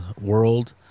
World